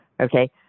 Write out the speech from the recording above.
Okay